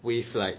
with like